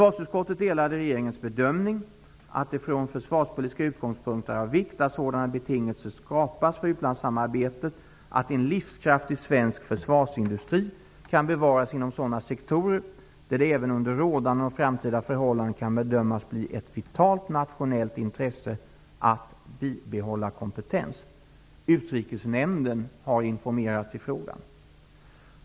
att det från försvarspolitiska utgångspunkter är av vikt att sådana betingelser för utlandssamarbetet skapas att en livskraftig svensk försvarsindustri kan bevaras inom sådana sektorer där det även under rådande och framtida förhållanden kan bedömas förbli ett vitalt nationellt intresse att bibehålla kompetens. Utrikesnämnden har informerats i frågan.